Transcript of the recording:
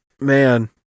man